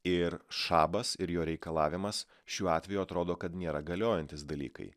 ir šabas ir jo reikalavimas šiuo atveju atrodo kad nėra galiojantys dalykai